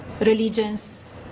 religions